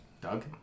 Doug